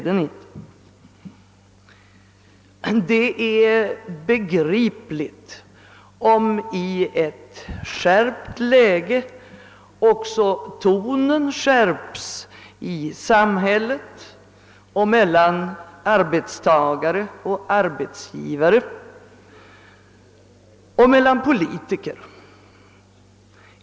Men det är begripligt om i ett skärpt läge också tonen skärps i samhället och mellan arbetstagare och arbetsgivare samt mellan politiker.